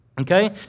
okay